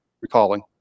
recalling